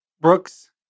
Brooks